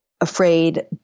afraid